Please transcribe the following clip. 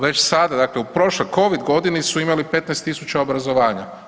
Već sada, dakle u prošloj Covid godini su imali 15.000 obrazovanja.